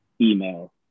email